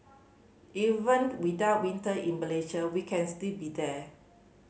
even without winter in Malaysia we can still be there